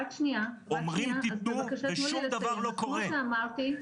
אומרים תתנו ושום דבר לא קורה.